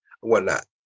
whatnot